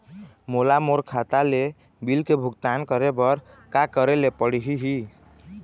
मोला मोर खाता ले बिल के भुगतान करे बर का करेले पड़ही ही?